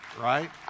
Right